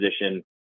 position